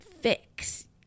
fix